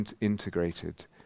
integrated